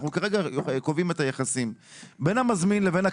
אנחנו כרגע קובעים את היחסים בין המזמין לבין הקבלן.